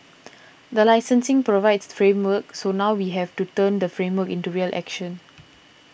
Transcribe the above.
the licensing provides the framework so now we have to turn the framework into real action